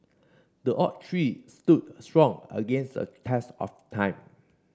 the oak tree stood strong against a test of time